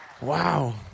Wow